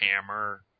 hammer